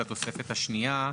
לתוספת השנייה,